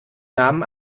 namen